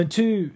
two